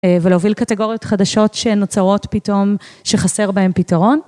ולהוביל קטגוריות חדשות שנוצרות פתאום, שחסר בהן פתרון.